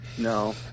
No